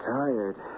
tired